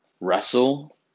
wrestle